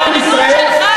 גם אותי הוציאו קודם, זה בסדר.